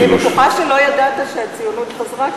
אני בטוחה שלא ידעת שהציונות חזרה,